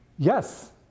Yes